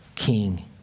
king